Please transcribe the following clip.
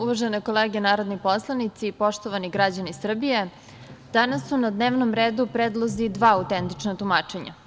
Uvažene kolege narodni poslanici, poštovani građani Srbije, danas su na dnevnom redu predlozi dva autentična tumačenja.